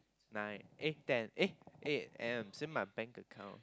nine eh ten eh eight and same my bank account